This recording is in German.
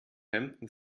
hemden